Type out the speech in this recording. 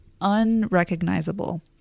unrecognizable